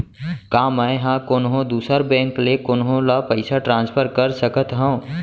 का मै हा कोनहो दुसर बैंक ले कोनहो ला पईसा ट्रांसफर कर सकत हव?